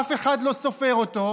אף אחד לא סופר אותו.